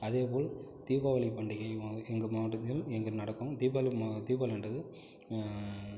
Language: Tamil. அதேபோல் தீபாவளி பண்டிகைன்பா எங்கள் மாவட்டத்தில் எங் நடக்கும் தீபாவ் தீபாவளின்பது